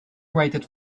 rated